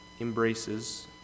embraces